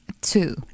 two